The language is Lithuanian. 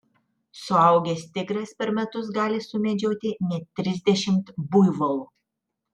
suaugęs tigras per metus gali sumedžioti net trisdešimt buivolų